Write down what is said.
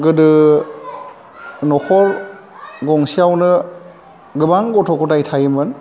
गोदो न'खर गंसेआवनो गोबां गथ' गथाइ थायोमोन